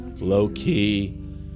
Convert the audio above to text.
low-key